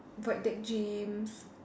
void deck gyms